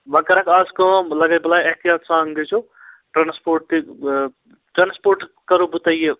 وَں کَرَکھ اَز کٲم لَگے بلاے احتِیاط سان گٔژھو ٹرٛانَسپوٹ تہِ ٹرٛانَسپوٹ کَرو بہٕ تۄہہِ یہِ